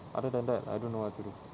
other than that I don't know what to do